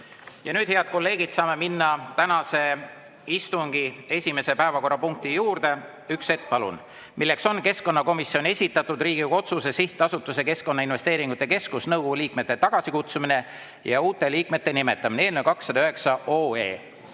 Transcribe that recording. Ja nüüd, head kolleegid, saame minna tänase istungi esimese päevakorrapunkti juurde – üks hetk, palun! –, milleks on keskkonnakomisjoni esitatud Riigikogu otsuse "Sihtasutuse Keskkonnainvesteeringute Keskus nõukogu liikmete tagasikutsumine ja uute liikmete nimetamine" eelnõu 209.Jaak